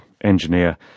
engineer